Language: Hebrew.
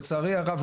לצערי הרב,